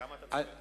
כמה אתה צריך?